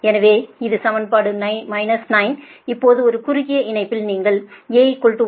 எனவே இது சமன்பாடு 9 இப்போது ஒரு குறுகிய இணைப்பில் நீங்கள் A 1